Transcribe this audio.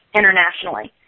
internationally